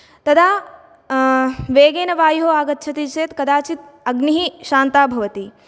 तदा वेगेन वायुः आगच्छति चेद् कदाचित् अग्निः शान्तः भवति